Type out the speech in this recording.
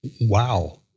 wow